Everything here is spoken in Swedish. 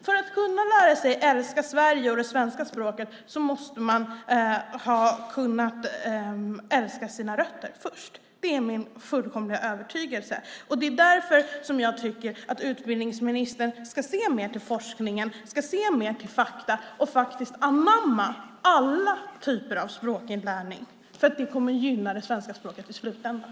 För att kunna lära sig att älska Sverige och det svenska språket måste man ha kunnat älska sina rötter först. Det är min fullkomliga övertygelse. Det är därför som jag tycker att utbildningsministern ska se mer till forskningen, mer till fakta och faktiskt anamma alla typer av språkinlärning. Det kommer nämligen att gynna det svenska språket i slutändan.